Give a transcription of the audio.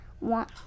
want